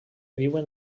viuen